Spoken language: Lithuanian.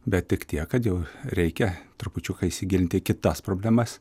bet tik tiek kad jau reikia trupučiuką įsigilinti į kitas problemas